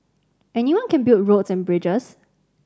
anyone can build roads and bridges